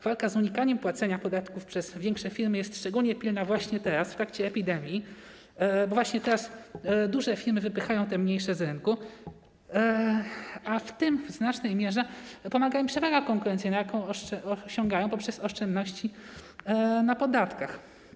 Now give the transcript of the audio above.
Walka z unikaniem płacenia podatków przez większe firmy jest szczególnie pilna właśnie teraz, w trakcie epidemii, bo duże firmy wypychają te mniejsze z rynku, a w tym w znacznej mierze pomaga im przewaga konkurencyjna, jaką osiągają poprzez oszczędności na podatkach.